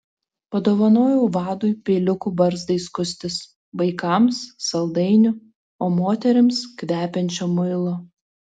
padovanojau vadui peiliukų barzdai skustis vaikams saldainių o moterims kvepiančio muilo